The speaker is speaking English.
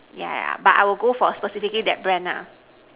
yeah yeah but I will go for specifically that brand nah